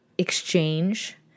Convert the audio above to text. exchange